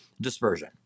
dispersion